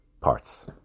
parts